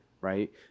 right